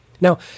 now